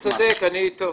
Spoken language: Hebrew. לא, לא, הוא צודק, אני איתו.